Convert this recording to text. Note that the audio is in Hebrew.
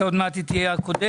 עוד מעט היא תהיה הקודמת.